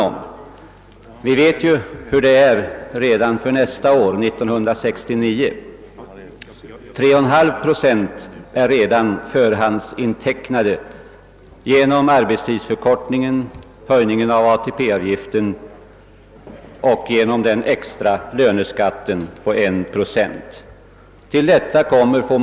Låt oss se på vilka ytterligare företagskostnader som tillkommnrer under år 1969. Genom arbetstidsförkortningen, höjningen av ATP-avgiften och den extra löneskatten på 1 procent är redan 3,5 procent förhandsintecknade.